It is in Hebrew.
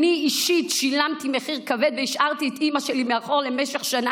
אני אישית שילמתי מחיר כבד והשארתי את אימא שלי מאחור למשך שנה,